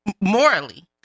morally